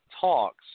talks